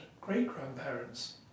great-grandparents